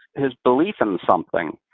his belief in something.